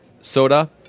soda